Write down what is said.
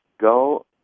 go